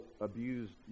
abused